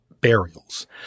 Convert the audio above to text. burials